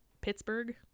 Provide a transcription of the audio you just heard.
pittsburgh